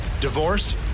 Divorce